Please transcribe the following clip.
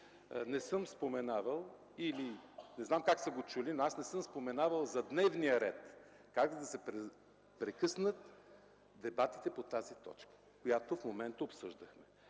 Не съм споменавал, не знам как са го чули, но аз не съм споменавал за дневния ред как да се прекъснат дебатите по тази точка, която в момента обсъждахме.